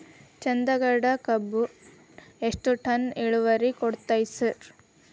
ಚಂದಗಡ ಕಬ್ಬು ಎಷ್ಟ ಟನ್ ಇಳುವರಿ ಕೊಡತೇತ್ರಿ?